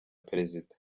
perezida